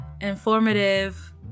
informative